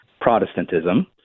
protestantism